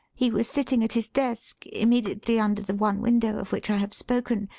he was sitting at his desk, immediately under the one window of which i have spoken,